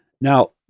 Now